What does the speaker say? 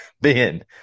Ben